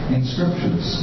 inscriptions